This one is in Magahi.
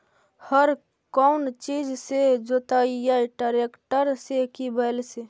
हर कौन चीज से जोतइयै टरेकटर से कि बैल से?